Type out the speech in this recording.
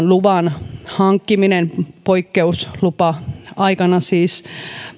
luvan hankkiminen poikkeuslupa aikana siis